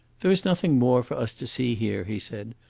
there is nothing more for us to see here, he said.